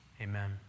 Amen